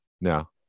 No